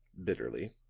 bitterly,